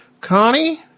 Connie